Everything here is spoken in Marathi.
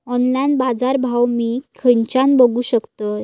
ऑनलाइन बाजारभाव मी खेच्यान बघू शकतय?